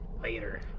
later